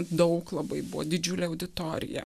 daug labai buvo didžiulė auditorija